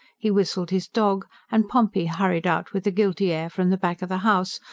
he whistled his dog, and pompey hurried out with a guilty air from the back of the house,